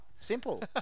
Simple